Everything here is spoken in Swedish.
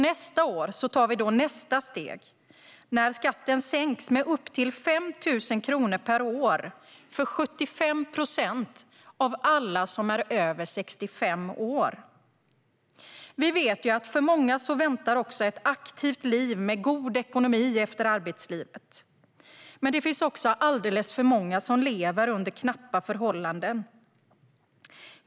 Nästa år tar vi nästa steg när skatten sänks med upp till 5 000 kronor per år för 75 procent av alla som är över 65 år. Vi vet att för många väntar ett aktivt liv med god ekonomi efter arbetslivet. Men det finns också alldeles för många som lever under knappa förhållanden.